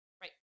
Right